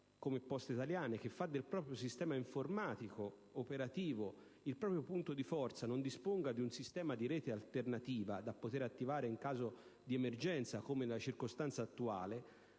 come Poste Italiane, che fa del proprio sistema informatico ed operativo il proprio punto di forza, non disponga di un sistema di rete alternativo da poter attivare in caso di emergenza, come la circostanza attuale,